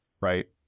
right